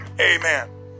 Amen